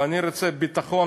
ואני רוצה ביטחון.